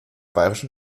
bayerischen